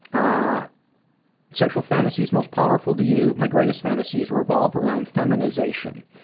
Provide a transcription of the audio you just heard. ah sexual fantasies most powerful to you my greatest fantasies revolve around feminization.